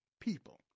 people